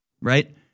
right